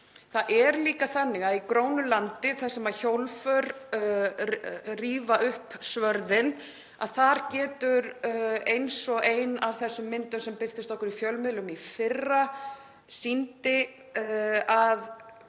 Það er líka þannig að í grónu landi þar sem hjólför rífa upp svörðinn getur farið svo, eins og ein af þessum myndum sem birtist okkur í fjölmiðlum í fyrra sýndi, að